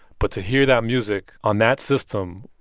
but to hear that music on that system,